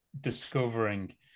discovering